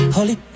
Holy